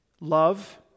Love